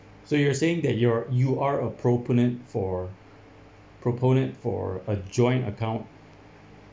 so you were saying that you're you are proponent for proponent for a joint account